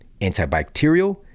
antibacterial